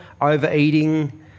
Overeating